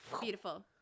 Beautiful